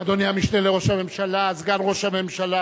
אדוני המשנה לראש הממשלה, סגן ראש הממשלה,